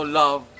love